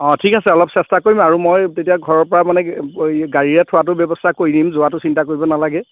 অ ঠিক আছে অলপ চেষ্টা কৰিম আৰু মই তেতিয়া ঘৰৰ পৰা মানে গাড়ীৰে থোৱাটোৰ ব্যৱস্থা কৰি দিম যোৱাটো চিন্তা কৰিব নালাগে